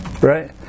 Right